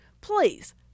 please